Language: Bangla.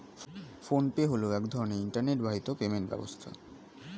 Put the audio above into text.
ফোন পে হলো এক ধরনের ইন্টারনেট বাহিত পেমেন্ট ব্যবস্থা